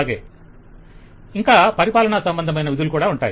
client ఇంకా పరిపాలనా సంబంధమైన విధులు కూడా ఉంటాయి